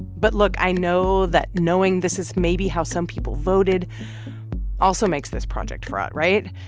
but look, i know that knowing this is maybe how some people voted also makes this project fraught, right?